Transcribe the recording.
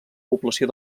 població